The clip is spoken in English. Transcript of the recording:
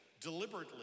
deliberately